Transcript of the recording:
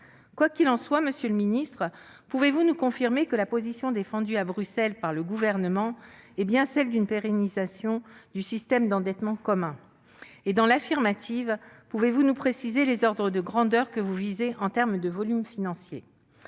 Quoi qu'il en soit, monsieur le secrétaire d'État, pouvez-vous nous confirmer que la position défendue à Bruxelles par le Gouvernement est bien celle d'une pérennisation du système d'endettement commun ? Dans l'affirmative, pouvez-vous nous donner un ordre de grandeur des volumes financiers